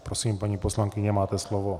Prosím, paní poslankyně, máte slovo.